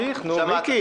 מיקי,